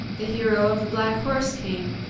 the hero of the black horse came,